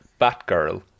Batgirl